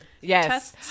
Yes